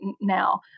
now